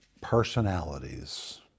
personalities